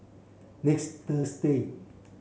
next Thursday